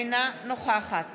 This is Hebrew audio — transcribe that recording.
אינה נוכחת